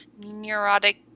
neurotic